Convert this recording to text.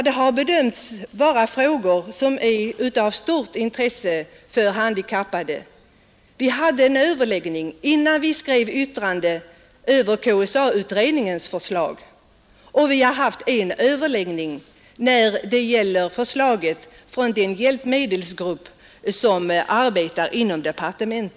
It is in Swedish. Vi har behandlat frågor som har bedömts vara av stort intresse för handikappade. Innan vi skrev vårt yttrande över KSA-utredningens förslag hade vi en överläggning, och vi har haft en överläggning när det gäller förslaget från den hjälpmedelsgrupp som arbetar inom socialdepartementet.